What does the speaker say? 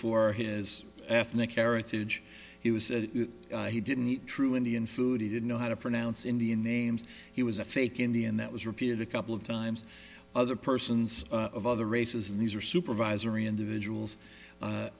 for his ethnic heritage he was said he didn't need true indian food he didn't know how to pronounce indian names he was a fake indian that was repeated a couple of times other persons of other races and these are supervisory individuals